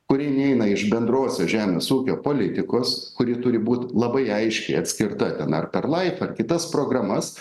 kuri neina iš bendrosios žemės ūkio politikos kuri turi būt labai aiškiai atskirta ten ar per laif per kitas programas